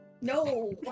No